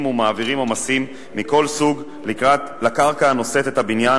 ומעבירים עומסים מכל סוג לקרקע הנושאת את הבניין,